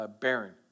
barren